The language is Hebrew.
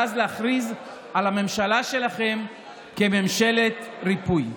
ואז להכריז על הממשלה שלכם כממשלת ריפוי.